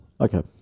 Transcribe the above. Okay